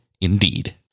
indeed